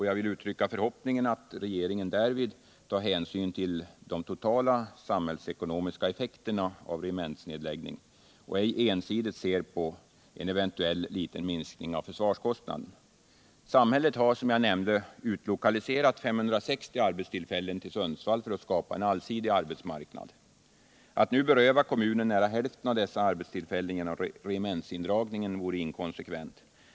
Jag vill uttrycka förhoppningen att regeringen därvid tar hänsyn till de totala samhällsekonomiska effekterna av regementsnedläggningen och ej ensidigt ser på en eventuell liten minskning av försvarskostnaden. Samhället har som jag nämnde utlokaliserat 560 arbetstillfällen till Sundsvall för att skapa en allsidig arbetsmarknad. Att nu beröva kommunen nära hälften av dessa arbetstillfällen genom regementsindragning vore inkonsekvent.